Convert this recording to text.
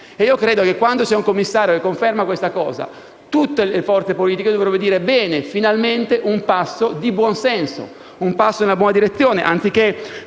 Credo che quando c'è un commissario che conferma questa linea, tutte le forze politiche dovrebbero dire: «Bene, finalmente un fatto di buon senso, un passo in una buona direzione», anziché